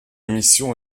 mission